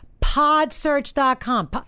Podsearch.com